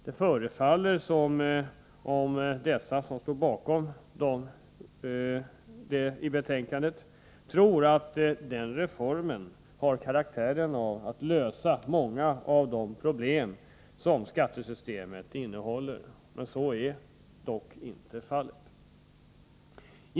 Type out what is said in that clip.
Det förefaller som om de som står bakom betänkandet tror att den reformen har en sådan karaktär att den kan lösa många av de problem som skattesystemet innehåller. Så är dock inte fallet.